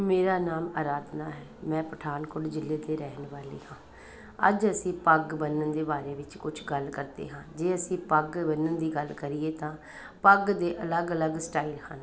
ਮੇਰਾ ਨਾਮ ਅਰਾਧਨਾ ਹੈ ਮੈਂ ਪਠਾਨਕੋਟ ਜ਼ਿਲ੍ਹੇ ਦੀ ਰਹਿਣ ਵਾਲੀ ਹਾਂ ਅੱਜ ਅਸੀਂ ਪੱਗ ਬੰਨ੍ਹਣ ਦੇ ਬਾਰੇ ਵਿੱਚ ਕੁਛ ਗੱਲ ਕਰਦੇ ਹਾਂ ਜੇ ਅਸੀਂ ਪੱਗ ਬੰਨਣ ਦੀ ਗੱਲ ਕਰੀਏ ਤਾਂ ਪੱਗ ਦੇ ਅਲੱਗ ਅਲੱਗ ਸਟਾਈਲ ਹਨ